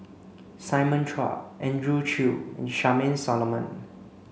Simon Chua Andrew Chew Charmaine Solomon